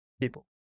people